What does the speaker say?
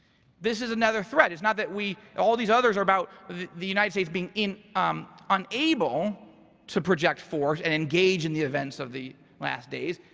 this is another threat. is not that we all these others are about the united states being in um unable to project force and engage in the events of the last days.